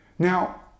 Now